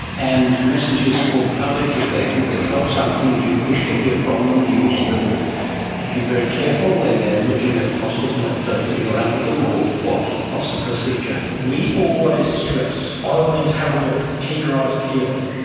and messages for the public, if they think they've got something, do you wish to hear from them? do you wish them to be very careful when they are looking at fossils, not fiddling around with them or what, what's the procedure? we always stress by all means have a look, keep your eyes peeled,